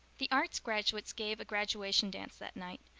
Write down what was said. the arts graduates gave a graduation dance that night.